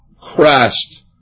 Christ